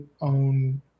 own